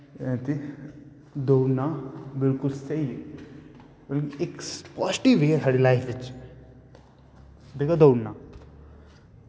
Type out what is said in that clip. ते दौड़ना बिल्कुल स्हेई ऐ इक पाजिटिव वे ऐ साढ़ी लाईफ च दौड़ना